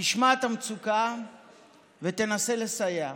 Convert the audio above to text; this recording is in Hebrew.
תשמע את המצוקה ותנסה לסייע,